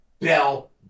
bell